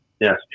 Yes